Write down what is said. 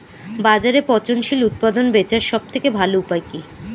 বাজারে পচনশীল উৎপাদন বেচার সবথেকে ভালো উপায় কি?